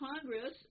Congress